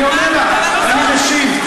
אני עונה לך, אני משיב.